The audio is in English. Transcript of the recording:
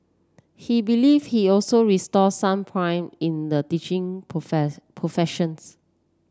he believe he also restored some pride in the teaching profess professions